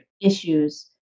issues